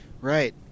right